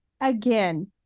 again